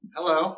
Hello